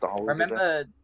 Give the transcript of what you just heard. remember